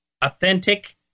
authentic